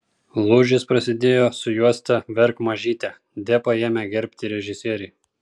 lūžis prasidėjo su juosta verk mažyte depą ėmė gerbti režisieriai